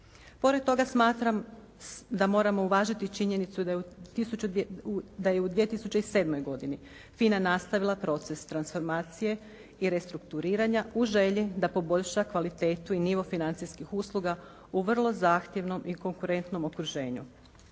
Pored toga smatram da moramo uvažiti činjenicu da je u 2007. godini FINA nastavila proces transformacije i restrukturiranja u želji da poboljša kvalitetu i nivo financijskih usluga u vrlo zahtjevnom i konkurentnom okruženju.